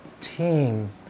team